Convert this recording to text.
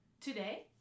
Today